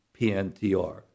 PNTR